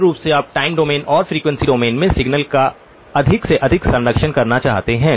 मूल रूप से आप टाइम डोमेन और फ़्रीक्वेंसी डोमेन में सिग्नल का अधिक से अधिक संरक्षण करना चाहते हैं